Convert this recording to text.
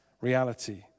reality